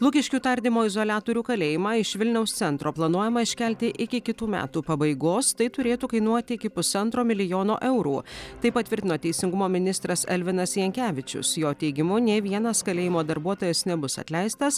lukiškių tardymo izoliatorių kalėjimą iš vilniaus centro planuojama iškelti iki kitų metų pabaigos tai turėtų kainuoti iki pusantro milijono eurų tai patvirtino teisingumo ministras elvinas jankevičius jo teigimu nė vienas kalėjimo darbuotojas nebus atleistas